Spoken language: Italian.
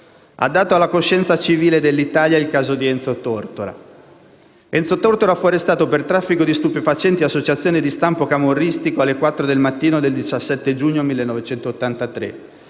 Ha dato alla coscienza civile dell'Italia il caso di Enzo Tortora. Enzo Tortora fu arrestato per traffico di stupefacenti e associazione di stampo camorristico alle quattro del mattino del 17 giugno 1983,